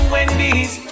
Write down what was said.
Wendy's